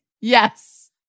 Yes